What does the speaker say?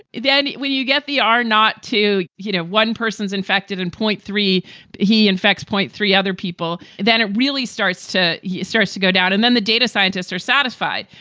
then when you get the are not to you know one person's infected and point three he infects point three other people. then it really starts to he starts to go down and then the data scientists are satisfied.